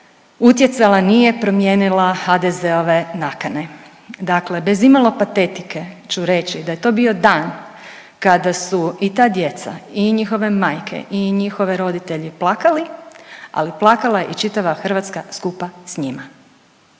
utjecala, nije promijenila HDZ-ove nakane. Dakle, bez imalo patetike ću reći da je to bio dan kada su i ta djeca i njihove majke i njihovi roditelji plakali, ali plakala je i čitava Hrvatska skupa s njima.